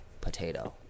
potato